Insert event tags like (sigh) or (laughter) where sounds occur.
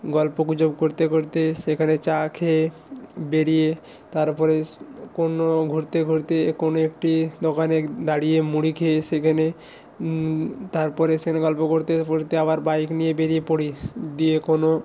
গল্পগুজব করতে করতে সেখানে চা খেয়ে বেরিয়ে তারপরে (unintelligible) কোনো ঘুরতে ঘুরতে কোনো একটি দোকানে দাঁড়িয়ে মুড়ি খেয়ে সেখানে তারপরে সেখানে গল্প করতে করতে আবার বাইক নিয়ে বেরিয়ে পড়ি দিয়ে কোনো